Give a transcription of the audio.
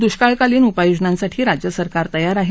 दुष्काळालीन उपाययोजनांसाठी राज्य सरकार तयार आहे